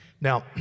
now